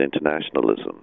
internationalism